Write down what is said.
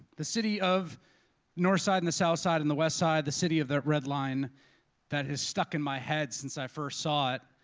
the city of the north side and the south side, and the west side, the city of that red line that has stuck in my head since i first saw it,